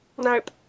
Nope